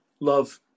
Love